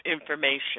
information